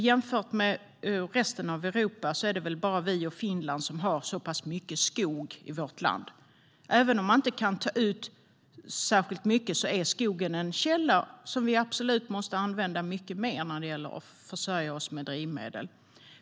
Jämfört med resten av Europa är det bara Sverige och Finland som har så pass mycket skog. Även om man inte kan ta ut särskilt mycket är skogen en källa som vi absolut måste använda mycket mer när det gäller att försörja oss med drivmedel.